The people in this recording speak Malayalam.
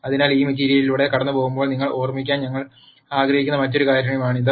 അതിനാൽ ഈ മെറ്റീരിയലിലൂടെ കടന്നുപോകുമ്പോൾ നിങ്ങൾ ഓർമിക്കാൻ ഞാൻ ആഗ്രഹിക്കുന്ന മറ്റൊരു കാര്യമാണിത്